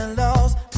lost